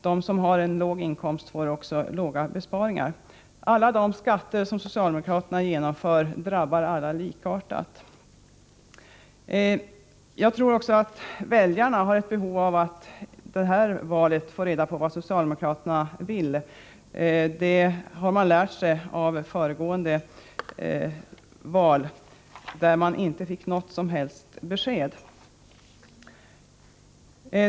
Den som har låga inkomster drabbas minst av besparingarna, medan alla de skatter som socialdemokraterna genomför drabbar alla likartat. Jag tror att väljarna inför detta val har behov av att få reda på vad socialdemokraterna vill. Det lärde man sig i samband med förra valet, då man inte fick några som helst besked.